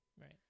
Right